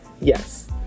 Yes